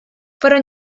fueron